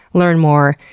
learn more,